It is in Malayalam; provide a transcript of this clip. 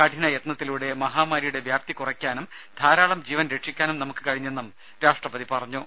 കഠിന യത്നത്തിലൂടെ മഹാമാരിയുടെ വ്യാപ്തി കുറയ്ക്കാനും ധാരാളം ജീവൻ രക്ഷിക്കാനും നമുക്ക് കഴിഞ്ഞെന്നും രാഷ്ട്രപതി പറഞ്ഞു